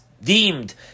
deemed